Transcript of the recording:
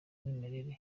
umwimerere